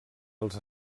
els